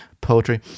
poetry